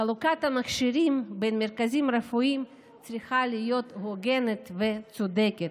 חלוקת המכשירים בין המרכזים הרפואיים צריכה להיות הוגנת וצודקת.